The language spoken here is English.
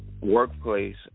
workplace